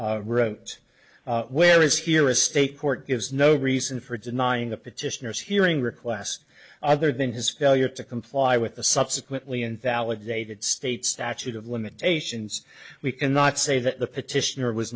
wrote where is here a state court gives no reason for denying the petitioners hearing requests other than his failure to comply with the subsequently invalidated state statute of limitations we cannot say that the petitioner was